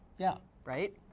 yeah. right.